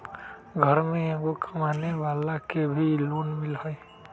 घर में एगो कमानेवाला के भी लोन मिलहई?